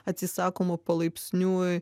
atsisakoma palaipsniui